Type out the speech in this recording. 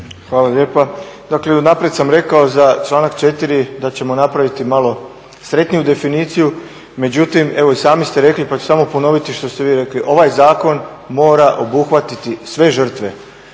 Hvala lijepa. Dakle, unaprijed sam rekao za članak 4. da ćemo napraviti malo sretniju definiciju. Međutim, evo i sami ste rekli, pa ću samo ponoviti što ste vi rekli. Ovaj zakon mora obuhvatiti sve žrtve.